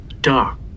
dark